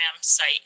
site